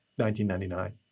1999